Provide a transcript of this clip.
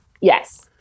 Yes